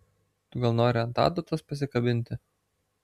tu gal nori ant adatos pasikabinti